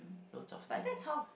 loads of things